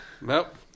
Nope